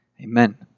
Amen